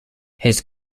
his